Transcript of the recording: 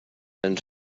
and